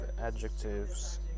adjectives